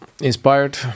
inspired